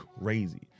crazy